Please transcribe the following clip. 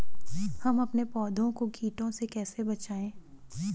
हम अपने पौधों को कीटों से कैसे बचाएं?